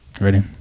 Ready